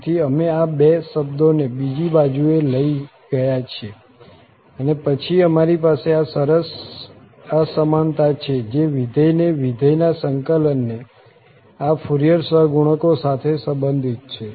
તેથી અમે આ બે શબ્દોને બીજી બાજુએ લઈ ગયા છીએ અને પછી અમારી પાસે આ સરસ અસમાનતા છે જે વિધેયને વિધેયના સંકલનને આ ફુરિયર સહગુણકો સાથે સંબંધિત છે